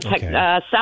south